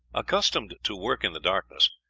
accustomed to work in the darkness,